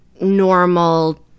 normal